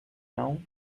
now